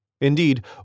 Indeed